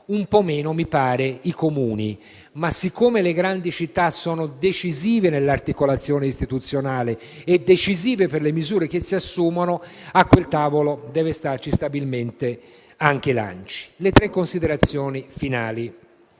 un po' meno - mi pare - i Comuni. Ma poiché le grandi città sono decisive nell'articolazione istituzionale e per le misure che si assumono, a quel tavolo deve sedere stabilmente anche l'ANCI. Infine, tre considerazioni.